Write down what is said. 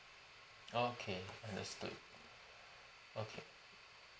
okay understood okay